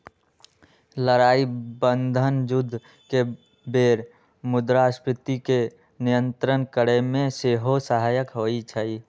लड़ाइ बन्धन जुद्ध के बेर मुद्रास्फीति के नियंत्रित करेमे सेहो सहायक होइ छइ